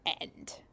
end